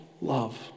love